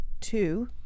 two